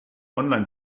online